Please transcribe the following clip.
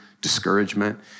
discouragement